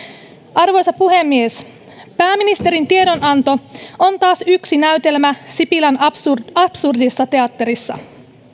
arvoisa puhemies pääministerin tiedonanto on taas yksi näytelmä sipilän absurdissa absurdissa teatterissa